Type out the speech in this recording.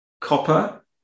copper